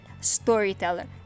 storyteller